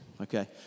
okay